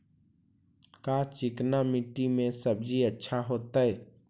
का चिकना मट्टी में सब्जी अच्छा होतै?